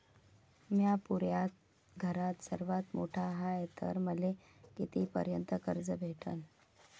म्या पुऱ्या घरात सर्वांत मोठा हाय तर मले किती पर्यंत कर्ज भेटन?